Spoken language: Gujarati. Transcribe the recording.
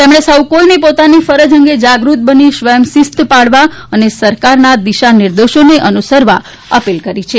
તેમણે સૌકોઇને પોતાની ફરજ અંગે જાગૃત બની સ્વયંશિસ્ત પાળવા અને સરકારના દિશા નિર્દેશોને અનુસરવા અપીલ કરી છે